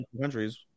countries